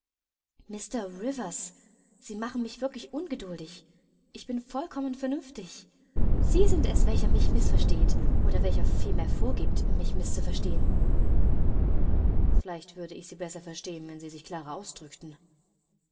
sie machen mich wirklich ungeduldig ich bin vollkommen vernünftig sie sind es welcher mich mißversteht oder welcher vielmehr vorgiebt mich mißzuverstehen vielleicht würde ich sie besser verstehen wenn sie sich klarer ausdrückten